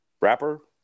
Rapper